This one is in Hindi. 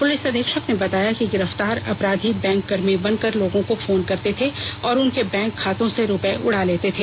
पुलिस अधीक्षक ने बताया कि गिरफ्तार अपराधी बैंककर्मी बनकर लोगों को फोन करते थे और उनके बैंक खातों से रुपये उड़ा लेते थे